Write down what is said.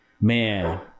man